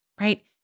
right